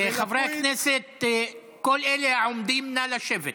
חברי הכנסת, כל אלה העומדים, נא לשבת.